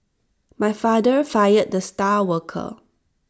my father fired the star worker